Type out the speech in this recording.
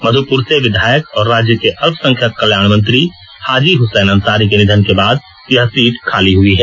मध्युपुर से विधायक और राज्य के अल्पसंख्यक कल्याण मंत्री हाजी हुसैन अंसारी के निधन के बाद से यह सीट खाली हुई है